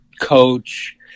coach